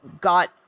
got